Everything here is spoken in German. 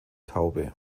taube